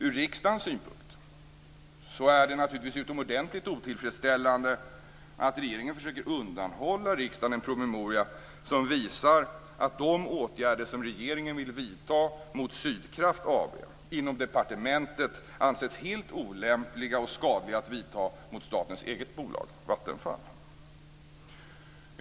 Ur riksdagens synpunkt är det naturligtvis utomordentligt otillfredsställande att regeringen försöker undanhålla riksdagen en promemoria som visar att de åtgärder som regeringen vill vidta mot Sydkraft AB inom departementet anses helt olämpliga och skadliga att vidta mot statens eget bolag Vattenfall.